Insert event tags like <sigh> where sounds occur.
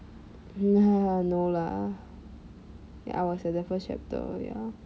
<laughs> no lah I was at the first chapter ya